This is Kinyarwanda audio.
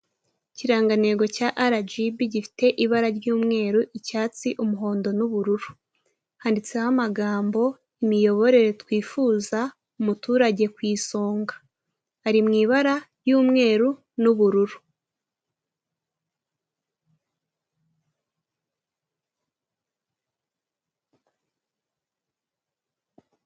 Ikirangantego cya arajibi, gifite ibara ry'umweru, icyatsi, umuhondo n'ubururu, handitseho amagambo, imiyoborere twifuza, umuturage ku isonga, ari mu ibara ry'umweru n'ubururu.